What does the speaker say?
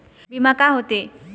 बीमा का होते?